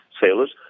sailors